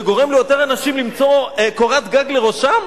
זה גורם ליותר אנשים למצוא קורת-גג לראשם?